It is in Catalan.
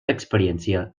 experiència